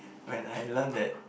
when I learn that